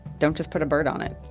don't just put a bird on it.